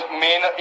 main